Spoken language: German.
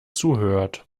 zuhört